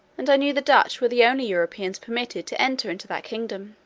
and i knew the dutch were the only europeans permitted to enter into that kingdom.